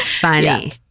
funny